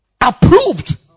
approved